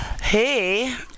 Hey